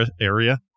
area